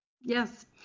yes